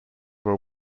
were